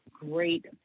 great